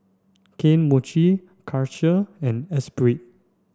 Kane Mochi Karcher and Espirit